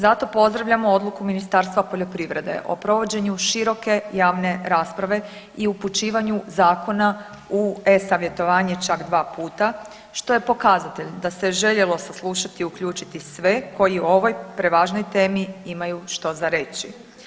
Zato pozdravljamo odluku Ministarstva poljoprivrede o provođenju široke javne rasprave i upućivanju zakona u e-savjetovanje čak dva puta što je pokazatelj da se željelo saslušati i uključiti sve koji o ovoj prevažnoj temi imaju što za reći.